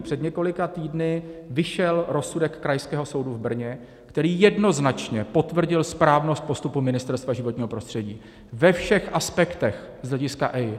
Před několika týdny vyšel rozsudek Krajského soudu v Brně, který jednoznačně potvrdil správnost postupu Ministerstva životního prostředí ve všech aspektech z hlediska EIA.